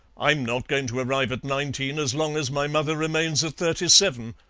i'm not going to arrive at nineteen as long as my mother remains at thirty-seven.